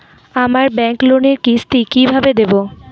আমার ব্যাংক লোনের কিস্তি কি কিভাবে দেবো?